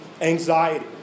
anxiety